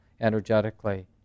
energetically